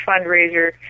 fundraiser